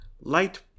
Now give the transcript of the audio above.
light